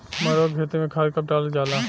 मरुआ के खेती में खाद कब डालल जाला?